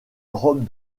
robe